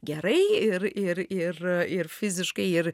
gerai ir ir ir ir fiziškai ir